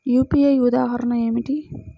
UPI ఉదాహరణ ఏమిటి?